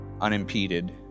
unimpeded